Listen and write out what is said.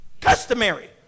customary